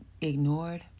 ignored